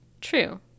True